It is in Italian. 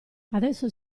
adesso